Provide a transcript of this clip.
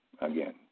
again